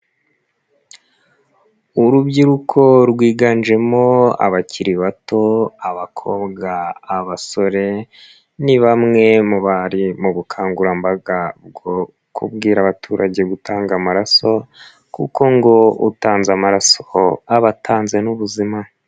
Urubyiruko rwiganjemo abakiri bato abakobwa, abasore ni bamwe mu bari mu bukangurambaga bwo kubwira abaturage gutanga amaraso kuko ngo utanze amaraso aba atanze n'ubuzima.